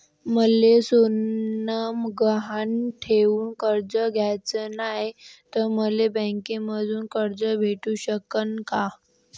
मले सोनं गहान ठेवून कर्ज घ्याचं नाय, त मले बँकेमधून कर्ज भेटू शकन का?